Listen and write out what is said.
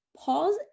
Pause